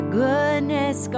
goodness